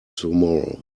tomorrow